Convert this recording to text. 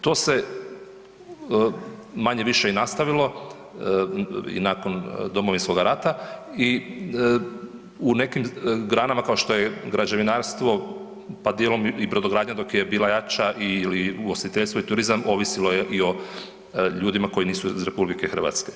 To se manje-više i nastavilo i nakon Domovinskog rata i u nekim granama kao što je građevinarstvo, pa dijelom i brodogradnja dok je bila jača ili ugostiteljstvo i turizam ovisilo je i o ljudima koji nisu iz RH.